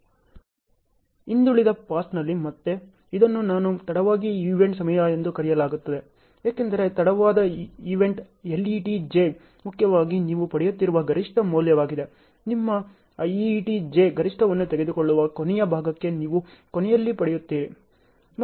ಹಿಂದುಳಿದ ಪಾಸ್ನಲ್ಲಿ ಮತ್ತೆ ಇದನ್ನು ನಾನು ತಡವಾಗಿ ಈವೆಂಟ್ ಸಮಯ ಎಂದು ಕರೆಯಲಾಗುತ್ತದೆ ಏಕೆಂದರೆ ತಡವಾದ ಈವೆಂಟ್ LET j ಮುಖ್ಯವಾಗಿ ನೀವು ಪಡೆಯುತ್ತಿರುವ ಗರಿಷ್ಠ ಮೌಲ್ಯವಾಗಿದೆ ನಿಮ್ಮ EET J ಗರಿಷ್ಠವನ್ನು ತೆಗೆದುಕೊಳ್ಳುವ ಕೊನೆಯ ಭಾಗಕ್ಕೆ ನೀವು ಕೊನೆಯಲ್ಲಿ ಪಡೆಯುತ್ತೀರಿ